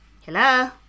Hello